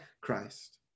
Christ